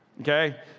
Okay